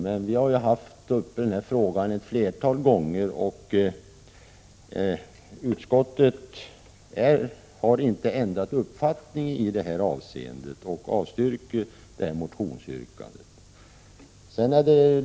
Vi har haft denna fråga uppe till behandling ett flertal gånger. Utskottet har inte ändrat uppfattning i detta avseende och avstyrker därför motionsyrkandet.